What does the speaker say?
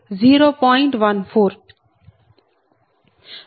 14